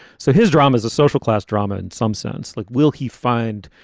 so his drama is a social class drama in some sense, like will he find,